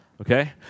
okay